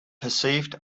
perceived